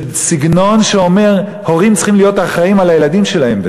בסגנון שאומר: הורים צריכים להיות אחראים על הילדים שלהם.